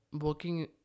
working